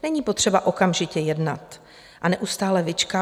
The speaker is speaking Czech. Není potřeba okamžitě jednat a neustále vyčkávat.